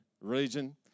region